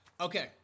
Okay